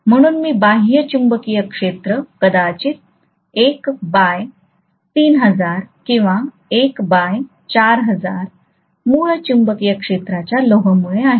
म्हणून मी बाह्य चुंबकीय क्षेत्र कदाचित 1 बाय 3000 किंवा 1 बाय 4000 मूळ चुंबकीय क्षेत्राच्या लोहमुळे आहे